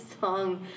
song